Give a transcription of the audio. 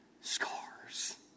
scars